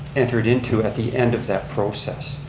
entered into at the end of that process.